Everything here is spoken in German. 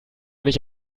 nicht